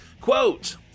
Quote